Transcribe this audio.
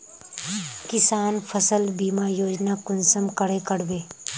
किसान फसल बीमा योजना कुंसम करे करबे?